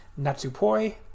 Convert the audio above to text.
Natsupoi